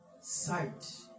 sight